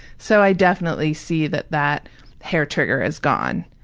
so i definitely see that that hair trigger is gone.